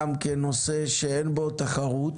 גם כנושא שאין בו תחרות,